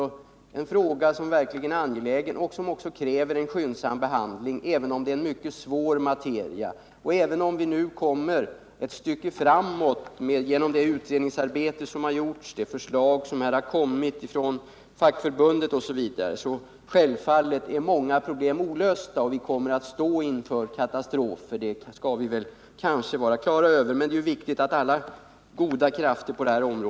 Jag är väl inte alltför djärv om jag tolkar kommunministern så.